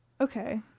Okay